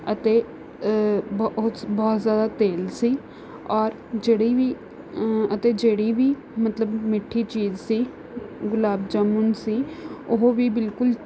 ਅਤੇ ਬਹ ਚ ਬਹੁਤ ਜ਼ਿਆਦਾ ਤੇਲ ਸੀ ਔਰ ਜਿਹੜੀ ਵੀ ਅਤੇ ਜਿਹੜੀ ਵੀ ਮਤਲਬ ਮਿੱਠੀ ਚੀਜ਼ ਸੀ ਗੁਲਾਬ ਜਾਮੁਨ ਸੀ ਉਹ ਵੀ ਬਿਲਕੁਲ